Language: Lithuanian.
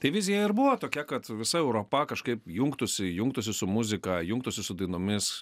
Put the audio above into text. tai vizija ir buvo tokia kad visa europa kažkaip jungtųsi jungtųsi su muzika jungtųsi su dainomis